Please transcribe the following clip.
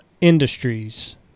Industries